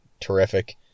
terrific